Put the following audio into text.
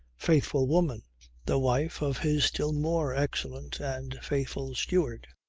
faithful woman the wife of his still more excellent and faithful steward.